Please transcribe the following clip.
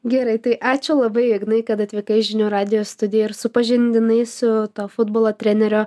gerai tai ačiū labai ignai kad atvykai į žinių radijo studiją ir supažindinai su to futbolo trenerio